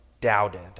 doubted